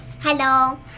Hello